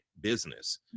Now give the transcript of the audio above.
business